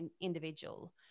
individual